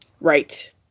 Right